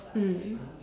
mm